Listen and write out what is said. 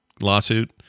lawsuit